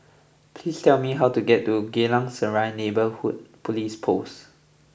please tell me how to get to Geylang Serai Neighbourhood Police Post